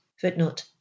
Footnote